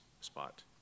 spot